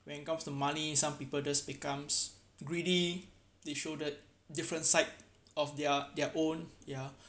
when comes to moneys some people just becomes greedy they showed that different side of their their own ya